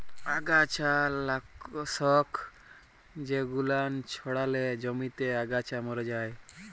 আগাছা লাশক জেগুলান ছড়ালে জমিতে আগাছা ম্যরে যায়